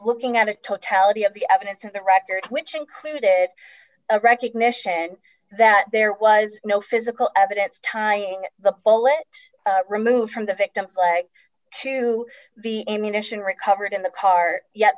looking at the totality of the evidence and the record which included a recognition that there was no physical evidence tying the bullet removed from the victim's like to be a munition recovered in the car ye